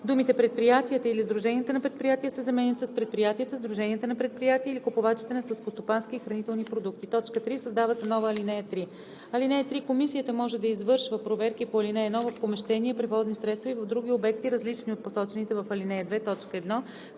думите „предприятията или сдруженията на предприятия“ се заменят с „предприятията, сдруженията на предприятия или купувачите на селскостопански и хранителни продукти“. 3. Създава се нова ал. 3: „(3) Комисията може да извършва проверки по ал. 1 в помещения, превозни средства и в други обекти, различни от посочените в ал. 2,